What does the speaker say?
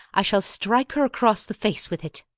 i shall strike her across the face with it.